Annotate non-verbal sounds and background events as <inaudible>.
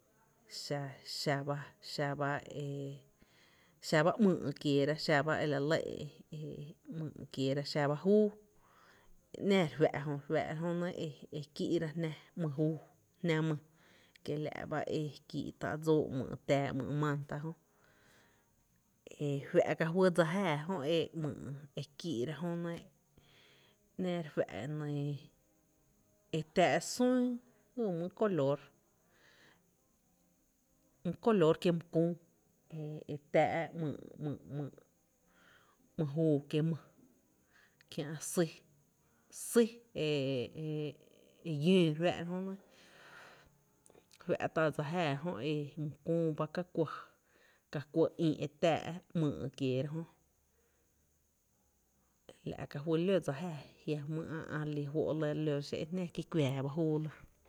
Xa <hesitation> xa ba ‘myy’ e xaba ‘myy’ kieera xaba e la lɇ e <hesitation> e ‘myy’ kieera, xa ba júú e ‘náá re fⱥ’ re fⱥⱥ’ra jönɇ e kii’ra jná ‘myy’ juu jná my, kiela’ ba kii’ tá’ dsóó ‘myy’ tⱥⱥ, ‘myy’ mánta jö e fⱥⱥ’ ka fy dsa jáaá jö e ‘myy’ e kíí’ra jönɇ ‘náá re fⱥ’ e nɇɇ e tⱥⱥ’ sún jy mý color mý color kiee’ my küü e tⱥⱥ’ ‘myy’ <hesitation> ‘myy’ juu e mý kiä’ sý. Sý e <hesitation> e llóo re fⱥ’ra jönɇ fⱥ’ tá’ dsa jáaá jö e my küü ba ka kuɇ, ka kuɇ ï e tⱥⱥ’ ‘myy’ kieera jö la’ ka fy ló dsa jáaá jia’ jmýý ä’ re lí fó’ re lóra xé’n jnáá, ki kuⱥⱥ bá júú la.